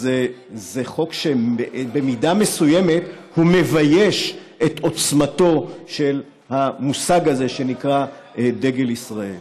אז זה חוק שבמידה מסוימת מבייש את עוצמתו של המושג הזה שנקרא דגל ישראל.